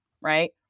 right